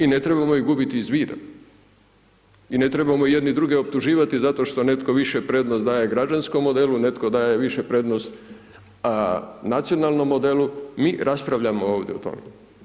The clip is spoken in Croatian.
I ne trebamo ih gubiti iz vida i ne trebamo jedni druge optuživati zato šta netko više prednost više daje građanskom modelu, netko daje više prednost nacionalnom modelu, mi raspravljamo ovdje o tome.